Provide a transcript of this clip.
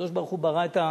שהקדוש-ברוך-הוא ברא את,